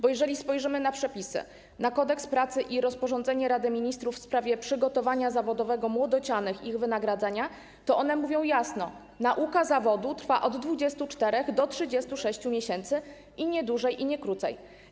Bo jeżeli spojrzymy na przepisy, na Kodeks pracy i rozporządzenie Rady Ministrów w sprawie przygotowania zawodowego młodocianych i ich wynagradzania, to one mówią jasno: nauka zawodu trwa od 24 do 36 miesięcy, nie dłużej i nie krócej.